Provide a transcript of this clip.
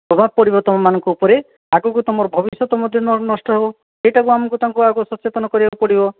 ପ୍ରଭାବ ପଡ଼ିବ ତୁମମାନଙ୍କ ଉପରେ ଆଗକୁ ତୁମର ଭବିଷ୍ୟତ ମଧ୍ୟ ନଷ୍ଟ ହେବ ସେଇଟାକୁ ଆମକୁ ତାଙ୍କୁ ଆଗ ସଚେତନ କରିବାକୁ ପଡ଼ିବ